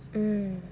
mm